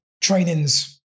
training's